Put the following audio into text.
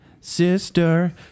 sister